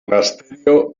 monasterio